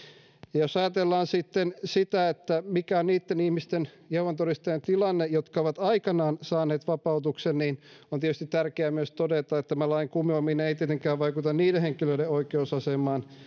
jos ajatellaan sitten sitä mikä on niitten jehovan todistajien tilanne jotka ovat aikoinaan saaneet vapautuksen niin on tietysti tärkeää myös todeta että tämän lain kumoaminen ei tietenkään vaikuta niiden henkilöiden oikeusasemaan